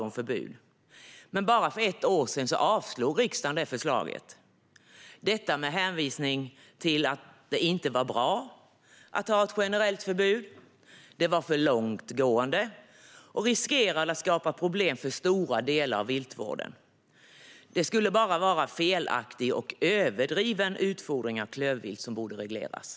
Men för bara ett år sedan avslog riksdagen förslaget, med hänvisning till att det inte var bra att ha ett generellt förbud och att förslaget var för långtgående och riskerade att skapa problem för stora delar av viltvården. Det var bara felaktig och överdriven utfodring av klövvilt som borde regleras.